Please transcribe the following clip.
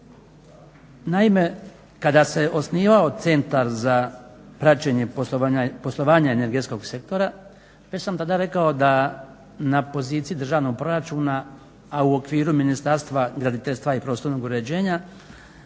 Naime, kada se osnivao Centar za praćenje poslovanja energetskog sektora već sam tad rekao da na poziciji državnog proračuna, a u okviru Ministarstva graditeljstva i prostornog uređenja